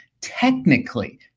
Technically